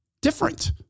Different